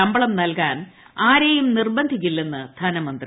ശമ്പളം നൽകാൻ ആരേയും നിർബന്ധിക്കില്ലെന്ന് ധനമന്ത്രി